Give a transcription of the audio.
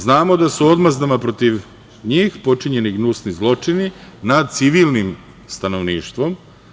Znamo da su odmazdama protiv njih počinjeni gnusni zločini nad civilnim stanovništvom.